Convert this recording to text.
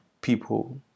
people